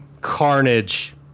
Carnage